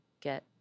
get